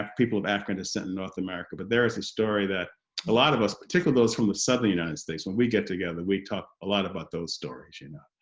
people of african descent in north america, but there is a story that a lot of us, particularly those from the southern united states, when we get together we talk a lot about those stories you know.